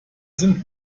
sind